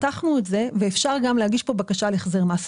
פתחנו את זה ואפשר גם להגיש כאן בקשה להחזר מס.